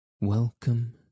Welcome